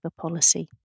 Policy